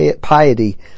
piety